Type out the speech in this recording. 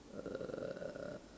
uh